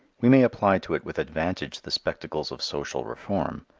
we may apply to it with advantage the spectacles of social reform,